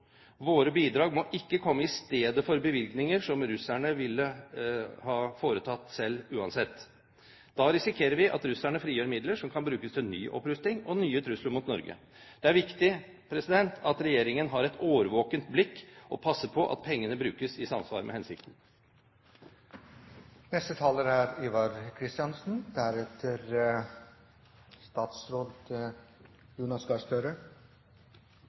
Våre bidrag må ikke komme i stedet for bevilgninger som russerne selv ville foretatt uansett. Da risikerer vi at russerne frigjør midler som kan brukes til ny opprustning og nye trusler mot Norge. Det er viktig at regjeringen har et årvåkent blikk og passer på at pengene brukes i samsvar med hensikten. Dette er en stor og viktig sak som både foregående taler og saksordføreren grundig har kommentert. Forholdet er